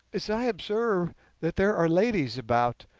as i observe that there are ladies about.